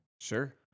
Sure